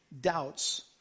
doubts